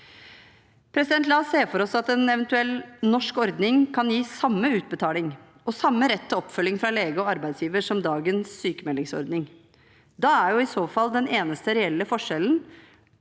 løsning. La oss se for oss at en eventuell norsk ordning kan gi samme utbetaling og samme rett til oppfølging fra lege og arbeidsgiver som dagens sykmeldingsordning. Da er i så fall den eneste reelle forskjellen